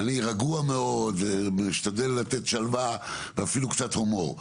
אני רגוע מאוד ומשתדל לתת שלווה ואפילו קצת הומור.